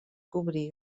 cobrir